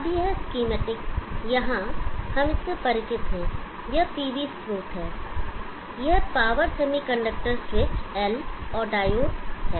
अब यह स्कीमेटिक यहाँ हम इससे परिचित हैं यह पीवी स्रोत है यह पावर सेमीकंडक्टर स्विच L और डायोड है